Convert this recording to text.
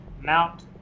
Mount